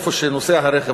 איפה שנוסע הרכב,